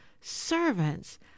servants